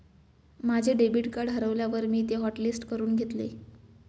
माझे debit card हरवल्यावर मी ते हॉटलिस्ट करून घेतले